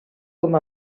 com